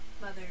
Mother